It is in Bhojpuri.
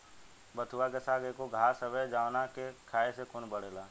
बथुआ के साग एगो घास हवे जावना के खाए से खून बढ़ेला